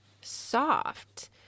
soft